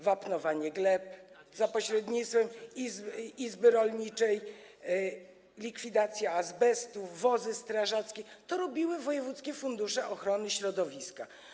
Wapnowanie gleb za pośrednictwem izby rolniczej, likwidacja azbestu, wozy strażackie - to robiły wojewódzkie fundusze ochrony środowiska.